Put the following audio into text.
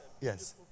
Yes